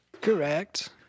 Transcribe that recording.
Correct